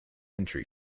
entry